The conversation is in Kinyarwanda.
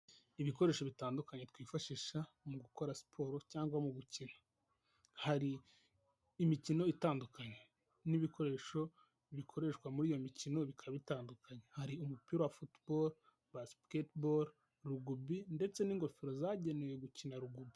Ibikoresho bitandukanye twifashisha mu gukora siporo cyangwa mu gukina. Hari imikino itandukanye n'ibikoresho bikoreshwa muri iyo mikino bikaba bitandukanye. Hari umupira wa futuboro, basiketiboro, rugubi ndetse n'ingofero zagenewe gukina rugubi.